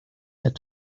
had